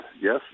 Yes